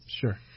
Sure